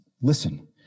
listen